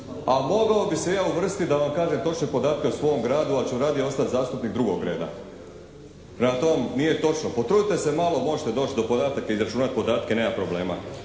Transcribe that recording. a mogao bih se i ja uvrstiti da vam kažem točne podatke o svom gradu ali ću radije ostati zastupnik drugog reda. Prema tome, nije točno. Potrudite se malo. Možete doći do podataka i izračunati podatke. Nema problema.